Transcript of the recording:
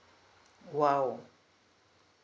!wow!